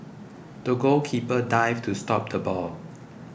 the goalkeeper dived to stop the ball